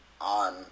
on